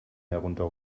herunter